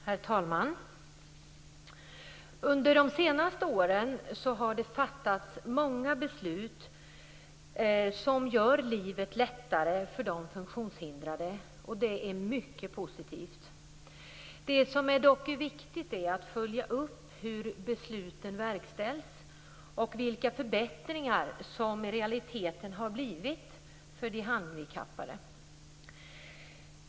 Herr talman! Under de senaste åren har många beslut fattats som gör livet lättare för de funktionshindrade. Det är mycket positivt. Det är dock viktigt att följa upp hur besluten verkställs och vilka förbättringar det i realiteten blivit för de handikappade.